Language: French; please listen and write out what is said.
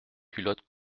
culotte